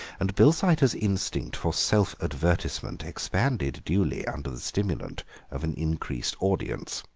and bilsiter's instinct for self-advertisement expanded duly under the stimulant of an increased audience.